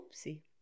Oopsie